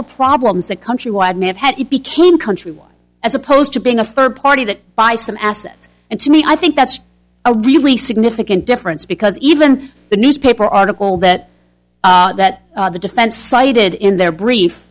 the problems that countrywide may have had it became countrywide as opposed to being a third party that by some assets and to me i think that's a really significant difference because even the newspaper article that that the defense cited in their brief